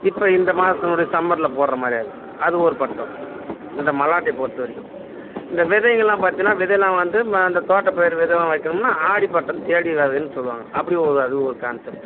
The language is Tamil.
இப்போ இந்த மாதம் கூட சம்மரில் போடற மாதிரி ஆகுது அது ஒரு பட்டம் இந்த மல்லாட்டையை பொறுத்தவரைக்கும் இந்த விதைங்கள்லாம் பார்த்தீங்கன்னா விதைலாம் வந்து அந்த தோட்டப்பயிர் விதைலாம் வைக்கணும்னால் ஆடிப்பட்டம் தேடி விதைன்னு சொல்லுவாங்க அப்படியும் ஒரு அதுவும் ஒரு கான்செப்ட்டு